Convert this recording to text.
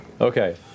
Okay